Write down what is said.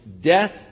death